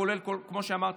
כמו שאמרתי,